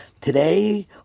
today